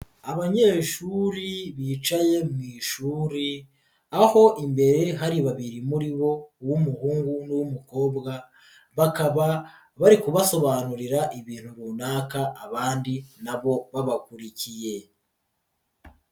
Abanyeshuri bicaye mu ishuri aho imbere hari babiri muri bo uw'umuhungu n'uw'umukobwa bakaba bari kubasobanurira ibintu runaka abandi na bo babakurikiye.